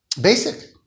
basic